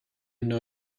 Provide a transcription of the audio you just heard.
know